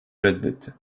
reddetti